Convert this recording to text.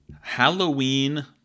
halloween